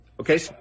Okay